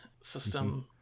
system